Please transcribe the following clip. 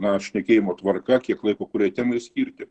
na šnekėjimo tvarka kiek laiko kuriai temai skirti